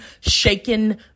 shaken